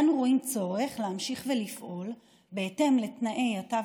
אנו רואים צורך להמשיך לפעול בהתאם לתנאי התו